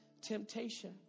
temptation